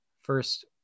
First